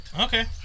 Okay